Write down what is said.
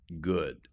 good